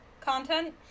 content